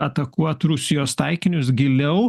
atakuot rusijos taikinius giliau